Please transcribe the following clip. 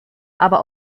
aber